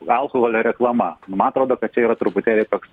alkoholio reklama ma atrodo kad čia yra truputėlį toks